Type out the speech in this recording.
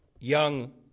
young